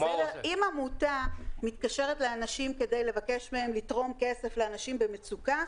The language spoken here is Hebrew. אם עמותה מתקשרת לאנשים כדי לבקש מהם לתרום כסף לאנשים במצוקה,